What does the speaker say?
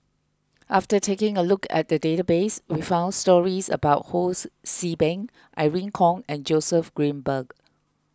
after taking a look at the database we found stories about Hos See Beng Irene Khong and Joseph Grimberg